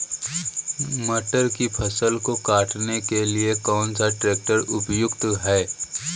मटर की फसल को काटने के लिए कौन सा ट्रैक्टर उपयुक्त है?